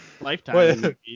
lifetime